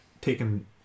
taken